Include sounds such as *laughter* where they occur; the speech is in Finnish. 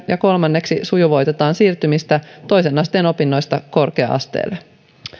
*unintelligible* ja kolmanneksi sujuvoitetaan siirtymistä toisen asteen opinnoista korkea asteelle